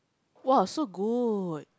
!wah! so good